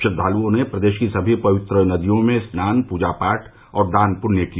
श्रद्वालुओं ने प्रदेश की सभी पवित्र नदियों में स्नान पूजा पाठ और दान पृण्य किया